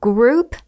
Group